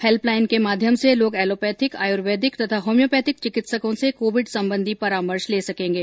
help line के माध्यम से लोग एलोपैथिक आयुर्वेदिक तथा होम्योपैथिक चिकित्सकों से कोविड संबंधी परामर्श ले सकेंगे